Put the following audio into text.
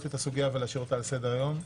את הסוגיה ולהשאיר אותה על סדר-היום.